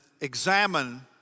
examine